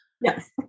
Yes